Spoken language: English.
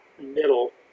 middle